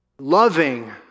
Loving